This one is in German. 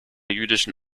jüdischen